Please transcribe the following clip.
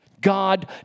God